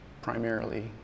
Primarily